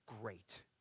Great